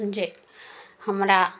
जे हमरा